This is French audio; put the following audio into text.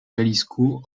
jalisco